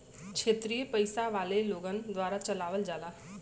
क्षेत्रिय पइसा वाले लोगन द्वारा चलावल जाला